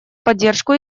поддержку